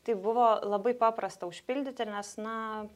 tai buvo labai paprasta užpildyti nes na